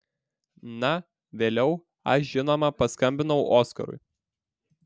na vėliau aš žinoma paskambinau oskarui